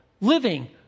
living